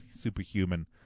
superhuman